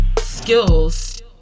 skills